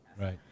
right